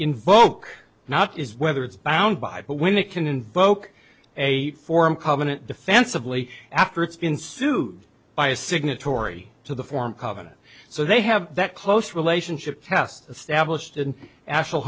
invoke not is whether it's bound by it but when it can invoke a form covenant defensively after it's been sued by a signatory to the form covenant so they have that close relationship test established in actual